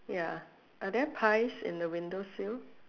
ya are there pies in the windowsill